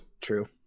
true